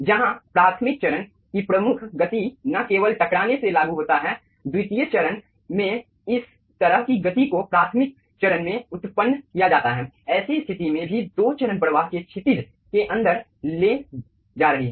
जहां प्राथमिक चरण की प्रमुख गति ना केवल टकराने से लागू होता है द्वितीय चरण में इस तरह की गति को प्राथमिक चरण में उत्पन्न किया जाता हैऐसी स्थिति में भी दो चरण प्रवाह के क्षितिज के अंदर ले जा रही है